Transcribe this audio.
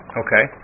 okay